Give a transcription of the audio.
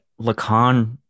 Lacan